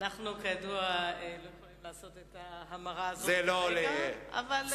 אנחנו כידוע לא יכולים לעשות את זה, אבל שאיפתך